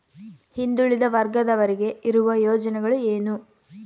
ಹಿಂದುಳಿದ ವರ್ಗದವರಿಗೆ ಇರುವ ಯೋಜನೆಗಳು ಏನು?